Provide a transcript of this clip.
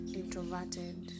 introverted